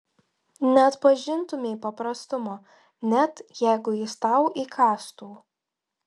neatpažintumei paprastumo net jeigu jis tau įkąstų